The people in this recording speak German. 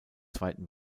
zweiten